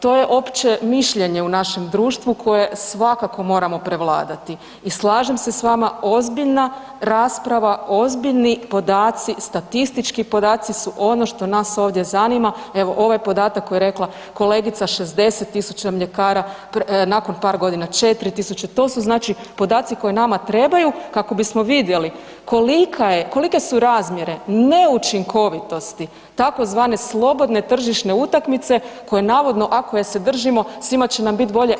To je opće mišljenje u našem društvu koje svakako moramo prevladati i slažem se s vama, ozbiljna rasprava, ozbiljni podaci, statistički podaci su ono što nas ovdje zanima, evo, ovaj podatak koji je rekla kolegica, 60 tisuća mljekara, nakon par godina 4 tisuće, to su znači podaci koji nama trebaju kako bismo vidjeli kolika je, kolike su razmjere neučinkovitosti tzv. slobodne tržišne utakmice, koje navodno, ako je se držimo, svima će nam bit bolje,